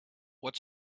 what